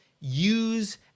use